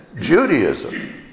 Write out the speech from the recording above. Judaism